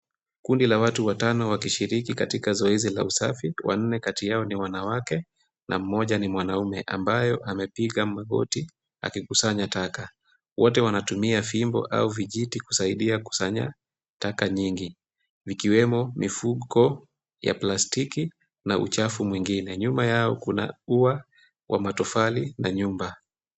Kundi la watu watano wakishiriki katika zoezi la usafi. Wanne kati yao ni wanawake, na mmoja ni mwanaume ambayo amepiga magoti akikusanya taka. Wote wanatumia fimbo au vijiti kusaidia kusanya taka nyingi. Vikiwemo mifuko, ya plastiki, na uchafu mwingine. Nyuma yao kuna ua wa matofali na nyumba.